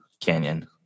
Canyon